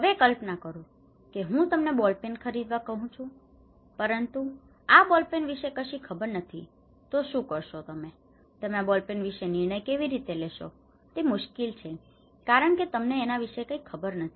હવે કલ્પના કરો કે હું તમને બોલ પેન ખરીદવા માટે કહું છું પરંતુ તમને આ બોલ પેન વિશે કશી ખબર નથી તો તમે શું કરશો તમે આ બોલ પેન વિશે નિર્ણય કેવી રીતે લેશો તે છે મુશ્કેલ કારણ કે મને તેના વિશે ખરેખર કંઈ ખબર નથી